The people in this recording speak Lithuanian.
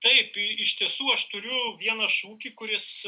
taip ir iš tiesų aš turiu vieną šūkį kuris